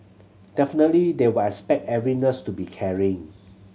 definitely they will expect every nurse to be caring